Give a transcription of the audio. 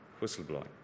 whistleblowing